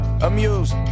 Amused